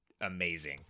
amazing